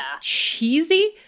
cheesy